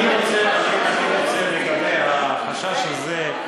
לגבי החשש הזה,